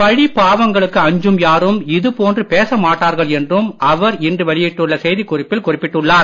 பழி பாவங்களுக்கு அஞ்சும் யாரும் இதுபோன்று பேச மாட்டார்கள் என்றும் அவர் இன்று வெளியிட்டுள்ள செய்திக் குறிப்பில் குறிப்பிட்டுள்ளார்